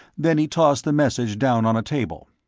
then he tossed the message down on a table.